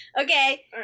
Okay